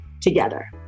together